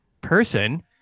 person